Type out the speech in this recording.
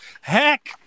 heck